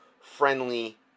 friendly